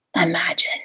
imagine